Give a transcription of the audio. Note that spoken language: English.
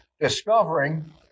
discovering